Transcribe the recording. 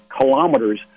kilometers